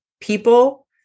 people